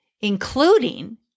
including